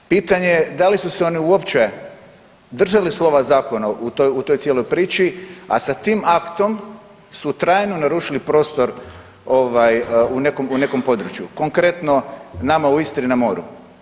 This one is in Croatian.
Pitanje da li su se oni uopće držali slova zakona u toj cijeloj priči, a sa tim aktom su trajno narušili prostor u nekom području, konkretno nama u Istri na moru.